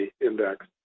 index